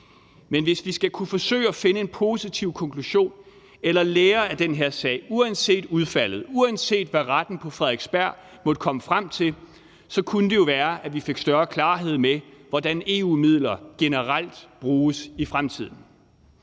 Men hvis vi skal forsøge at kunne finde en positiv konklusion eller lære af den her sag uanset udfaldet, uanset hvad retten på Frederiksberg måtte komme frem til, så kunne det jo være, at vi fik større klarhed over, hvordan EU-midler generelt bruges i fremtiden.